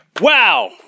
Wow